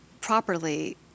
properly